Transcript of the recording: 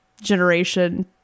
generation